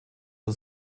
von